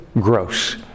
gross